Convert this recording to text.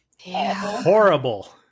horrible